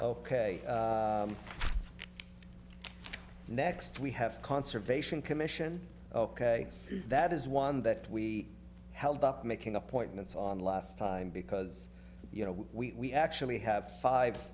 ok next we have conservation commission ok that is one that we held up making appointments on last time because you know we actually have five